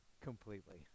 completely